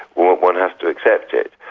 one has to accept it.